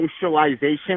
socialization